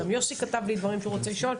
גם יוסי כתב לי דברים שהוא רוצה לשאול.